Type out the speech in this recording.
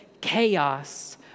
chaos